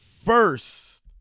First